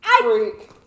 Freak